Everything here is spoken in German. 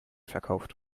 verkauft